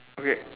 okay